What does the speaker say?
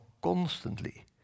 constantly